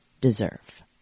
deserve